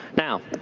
now,